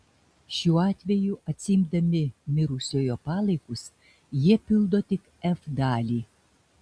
šiuo atveju atsiimdami mirusiojo palaikus jie pildo tik f dalį